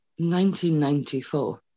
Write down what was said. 1994